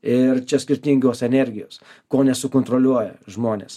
ir čia skirtingos energijos ko nesukontroliuoja žmonės